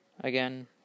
Again